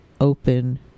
open